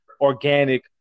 organic